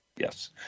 Yes